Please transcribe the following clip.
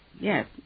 yes